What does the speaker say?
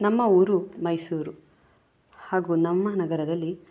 ನಮ್ಮ ಊರು ಮೈಸೂರು ಹಾಗೂ ನಮ್ಮ ನಗರದಲ್ಲಿ